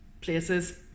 places